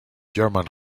german